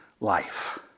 life